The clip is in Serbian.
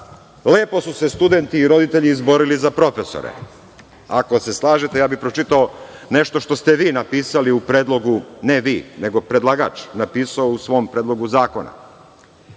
lepo su se studenti i roditelji izborili za profesore. Ako se slažete ja bih pročitao nešto što ste vi napisali, ne vi, nego predlagač, u svom Predlogu zakona.